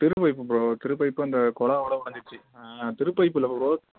திருப்பைப்பு bro திருப்பைப்பு அந்த குழாவோட உடஞ்சிடுச்சி அந்த திருப்பைப்பில் ப்ரோ